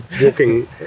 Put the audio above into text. walking